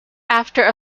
after